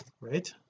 right